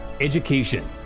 education